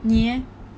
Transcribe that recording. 你 leh